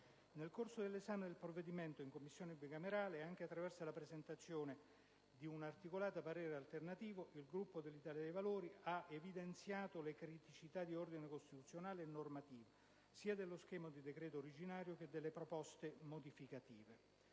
Nel corso dell'esame del provvedimento in Commissione bicamerale, anche attraverso la presentazione di un articolato parere alternativo, il Gruppo Italia dei Valori ha analiticamente evidenziato le criticità di ordine costituzionale e normativo, sia dello schema di decreto originario che delle proposte modificative.